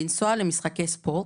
לנסוע למשחקי ספורט,